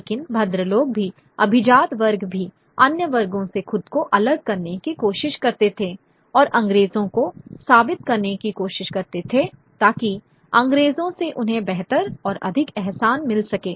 लेकिन भद्रलोक भी अभिजात वर्ग भी अन्य वर्गों से खुद को अलग करने की कोशिश करते थे और अंग्रेजों को साबित करने की कोशिश करते थे ताकि अंग्रेजों से उन्हें बेहतर और अधिक एहसान मिल सके